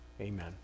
Amen